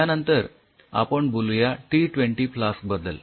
यानंतर आपण बोलूया टी ट्वेंटी फ्लास्क बद्दल